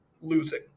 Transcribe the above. losing